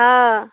ओ